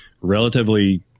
relatively